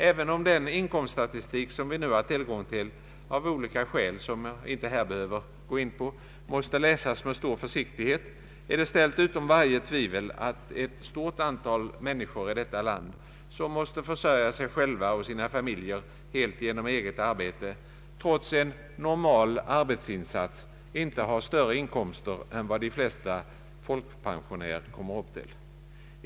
Även om den inkomststatistik som vi nu har tillgång till, av olika skäl som jag inte nu behöver gå in på, måste läsas med stor försiktighet är det ställt utom varje tvivel att ett stort antal människor i detta land, som måste försörja sig själva och sina egna familjer helt genom eget arbete, trots en normal arbetsinsats inte har större inkomster än vad de flesta folkpensionärer kommer upp till.